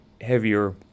heavier